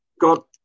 got